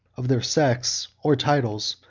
of their sex or titles,